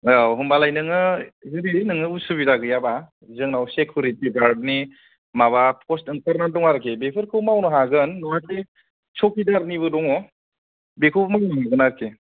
औ होनबालाय नोङो जुदि नोङो उसुबिदा गैयाबा जोंनाव सिकिउरिटि गार्डनि माबा पस्ट ओंखारनानै दङ आरोखि बेफोरखौ मावनो हागोन नङाखि चौकिदारनिबो दङ बेखौ मावनो मोनगोन आरोखि